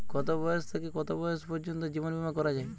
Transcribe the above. কতো বয়স থেকে কত বয়স পর্যন্ত জীবন বিমা করা যায়?